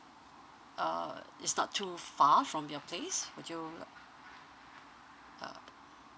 uh it's not too far from your place would you li~ uh